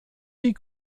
die